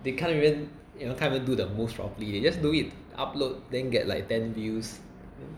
they can't even you know can't even do the moves properly they just do it upload then get like ten views